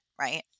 right